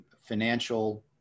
financial